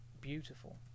beautiful